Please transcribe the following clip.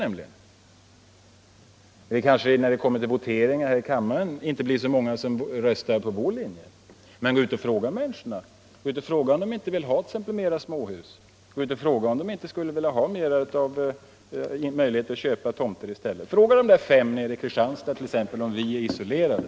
Vid voteringen här i kammaren kanske inte så många röstar enligt vår linje, men fråga människorna! Fråga dem om de inte vill ha fler småhus! Fråga dem om de inte skulle vilja ha möjlighet att köpa en tomt! Fråga t.ex. de fem i Kristianstad om vi är isolerade!